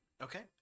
Okay